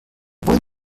wollen